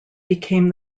became